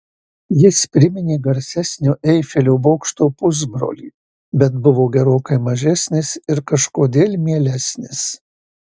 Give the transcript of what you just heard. jis priminė garsesnio eifelio bokšto pusbrolį bet buvo gerokai mažesnis ir kažkodėl mielesnis